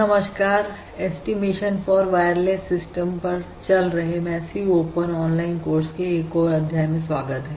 नमस्कार estimation for wireless system पर चल रहे मैसिव ओपन ऑनलाइन कोर्स के एक और अध्याय में स्वागत है